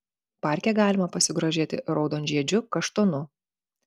parke galima pasigrožėti raudonžiedžiu kaštonu